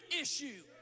issue